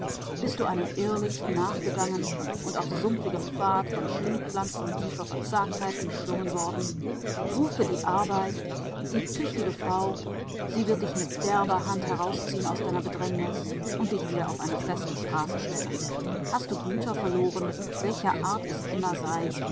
bist du einem irrlicht nachgegangen und auf sumpfigem pfad von schlingpflanzen tiefer verzagtheit umschlungen worden rufe die arbeit die tüchtige frau sie wird dich mit derber hand herausziehen aus deiner bedrängnis und dich wieder auf eine feste straße stellen hast du güter verloren welcher art es immer